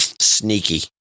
sneaky